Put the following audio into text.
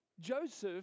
Joseph